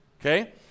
Okay